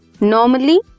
Normally